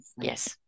Yes